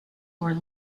were